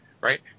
right